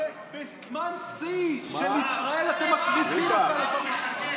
בזמן שיא של ישראל אתם מקריסים אותה לתוך עצמה.